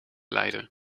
leiden